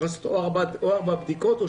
הקיבולת של